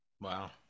Wow